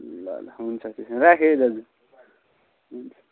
ल ल हुन्छ त्यसो भने राखेँ है दाजु हुन्छ